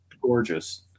gorgeous